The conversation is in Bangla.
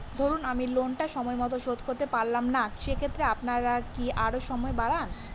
ধরুন আমি লোনটা সময় মত শোধ করতে পারলাম না সেক্ষেত্রে আপনার কি আরো সময় বাড়ান?